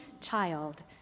child